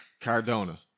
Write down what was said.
Cardona